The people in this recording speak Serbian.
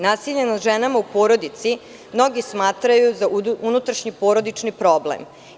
Nasilje nad ženama u porodici mnogi smatraju za unutrašnji porodični problem.